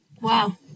Wow